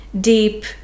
deep